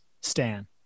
Stan